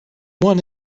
one